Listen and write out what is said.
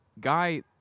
guy